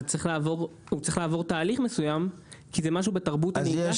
הוא צריך לעבור תהליך מסוים כי זה משהו בתרבות הנהיגה שלו.